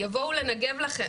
יבואו לנגב לכם,